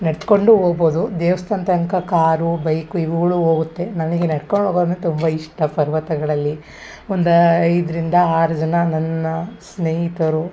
ನಡ್ದ್ಕೊಂಡು ಹೋಗ್ಬೌದು ದೇವ್ಸ್ಥಾನ ತನಕ ಕಾರು ಬೈಕು ಇವುಗಳೂ ಹೋಗುತ್ತೆ ನನಗೆ ನಡ್ಕೊಂಡು ಹೋಗೋ ತುಂಬ ಇಷ್ಟ ಪರ್ವತಗಳಲ್ಲಿ ಒಂದು ಐದರಿಂದ ಆರು ಜನ ನನ್ನ ಸ್ನೇಹಿತರು